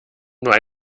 nur